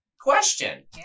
question